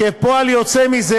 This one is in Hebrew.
כשפועל יוצא מזה,